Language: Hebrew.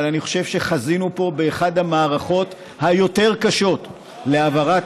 אבל אני חושב שחזינו פה באחת המערכות היותר-קשות להעברת